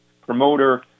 promoter